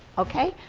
okay?